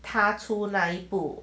踏出那一步